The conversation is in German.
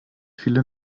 viele